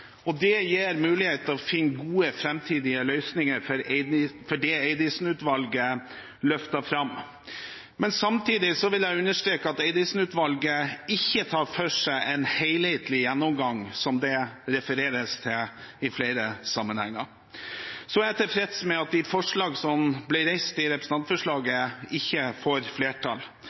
og det gir mulighet til å finne gode framtidige løsninger for det Eidesen-utvalget løftet fram. Samtidig vil jeg understreke at Eidesen-utvalget ikke tar for seg en helhetlig gjennomgang, slik det refereres til i flere sammenhenger. Jeg er tilfreds med at de forslag som ble reist i representantforslaget, ikke får flertall.